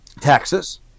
Taxes